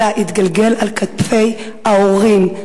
אלא יתגלגל על כתפי ההורים.